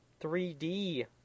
3D